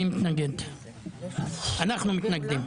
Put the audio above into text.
אנחנו מתנגדים.